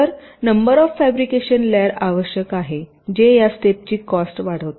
तर number of fabrication layer आवश्यक आहे जे या स्टेप ची कॉस्ट वाढवते